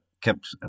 kept